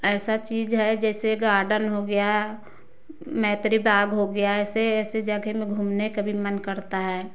ऐसा चीज़ है जैसे गार्डन हो गया मैत्री बाग हो गया ऐसे ऐसे जगह में घूमने का भी मन करता है